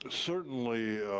ah certainly,